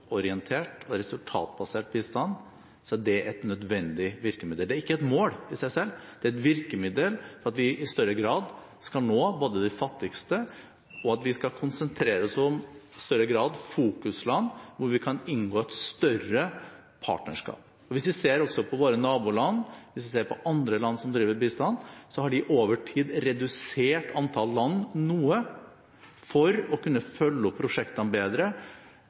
og resultatbasert bistand, så er dette et nødvendig virkemiddel. Det er ikke et mål i seg selv, det er et virkemiddel for at vi i større grad skal nå de fattigste, og at vi i større grad skal konsentrere oss om fokusland hvor vi kan inngå et større partnerskap. Hvis vi ser på våre naboland, hvis vi ser på andre land som driver bistand, så har de over tid redusert antall land noe for å kunne følge prosjektene bedre,